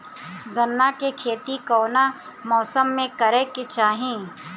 गन्ना के खेती कौना मौसम में करेके चाही?